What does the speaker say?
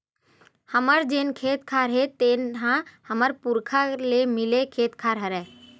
हमर जेन खेत खार हे तेन ह हमर पुरखा ले मिले खेत खार हरय